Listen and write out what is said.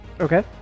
Okay